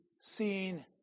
seen